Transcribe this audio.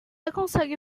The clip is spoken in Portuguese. consegue